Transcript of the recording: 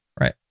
right